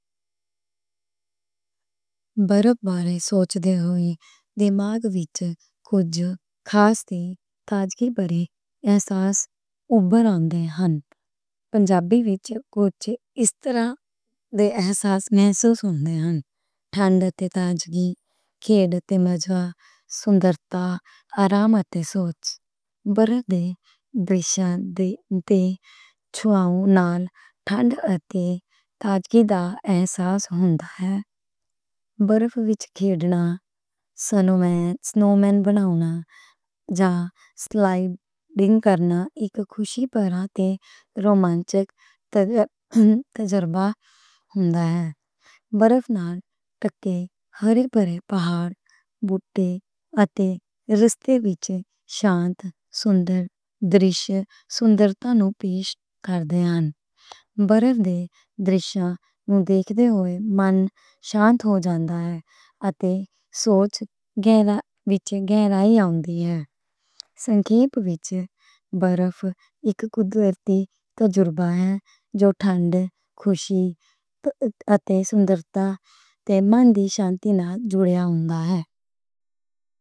برف بارے سوچ دے ہوئے، دماغ وچ کچھ خاص تے تازگی بارے احساس اُبھر آندے ہن۔ پنجابی وچ کچھ اس طرح دے احساس محسوس ہوندے ہن۔ ٹھنڈ تے تازگی، کھیڈ تے مزہ، خوبصورتی، آرام تے سوچ۔ برف بارے سوچ دے ہوئے، دماغ وچ کچھ خاص تے تازگی بارے احساس محسوس ہوندے ہن۔ برف بارے سوچ دے ہوئے، دماغ وچ کچھ خاص تے تازگی بارے احساس محسوس ہوندے ہن۔ برف نال ٹکے، ہرے بھرے پہاڑ، بوٹے اتے رستے وچ شانت، سندر، درش، خوبصورتی نوں پیش کردے ہن۔ برف دے درشیاں نوں دیکھ دے ہوئے، من شانت ہو جاندا ہے اتے سوچ وچ گہرائی آوندی ہے۔ سنکھیپ وچ برف اک قدرتی تجربہ ہے، جو ٹھنڈ، خوشی، اتے خوبصورتی تے من دی شانتی نال جڑیا ہوندا ہے۔